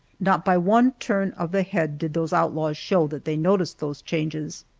not by one turn of the head did those outlaws show that they noticed those changes.